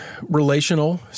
relational